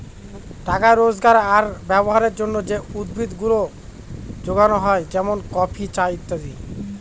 টাকা রোজগার আর ব্যবহারের জন্যে যে উদ্ভিদ গুলা যোগানো হয় যেমন কফি, চা ইত্যাদি